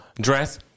dress